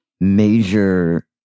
major